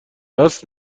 راست